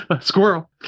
Squirrel